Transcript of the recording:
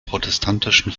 protestantischen